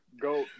go